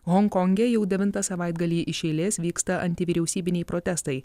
honkonge jau devintą savaitgalį iš eilės vyksta antivyriausybiniai protestai